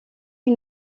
une